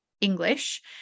English